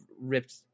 ripped